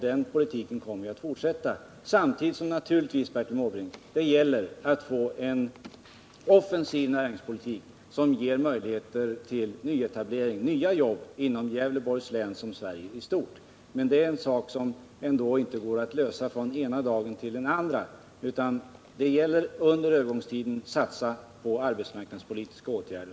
Den politiken kommer vi att fortsätta, samtidigt som det naturligtvis gäller att få till stånd en offensiv näringspolitik som ger möjligheter till nyetableringar och nya jobb inom Gävleborgs län liksom inom Sverige i stort. Men det är ett problem som inte går att lösa från den ena dagen till den andra. Det gäller därför att under övergångstiden satsa på arbetsmarknadspolitiska åtgärder.